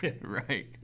right